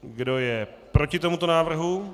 Kdo je proti tomuto návrhu?